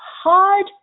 hard